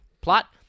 Plot